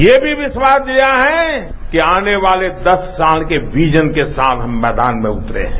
ये भी विश्वास दिया है कि आने वाले दस साल के विजन के साथ मैदान में उतरे हैं